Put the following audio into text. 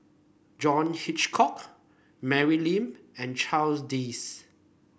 John Hitchcock Mary Lim and Charles Dyce